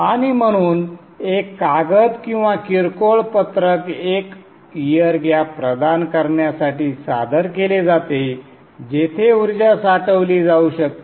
आणि म्हणून एक कागद किंवा किरकोळ पत्रक एक एअर गॅप प्रदान करण्यासाठी सादर केले जाते जेथे ऊर्जा साठवली जाऊ शकते